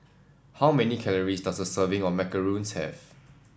how many calories does a serving of macarons have